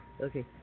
Okay